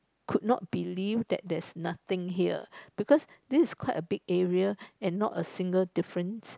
could not believe that there's nothing here because this is quite a big area and not a single difference